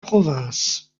province